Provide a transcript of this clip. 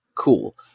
cool